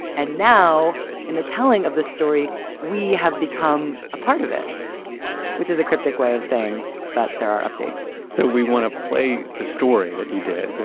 and now in the telling of this story we have become a part of it which is a cryptic way of saying that there are updates. so we want to play the story that you did.